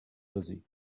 busy